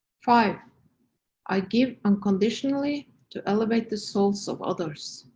five i give unconditionally to elevate the souls of others.